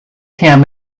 him